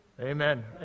Amen